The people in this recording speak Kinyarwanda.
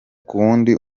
kuwundi